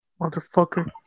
Motherfucker